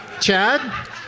Chad